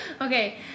Okay